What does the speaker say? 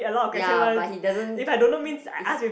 ya but he doesn't